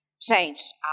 change